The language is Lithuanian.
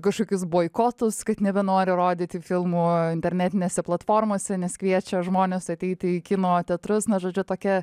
kažkokius boikotus kad nebenori rodyti filmų internetinėse platformose nes kviečia žmones ateiti į kino teatrus na žodžiu tokia